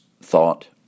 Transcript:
thought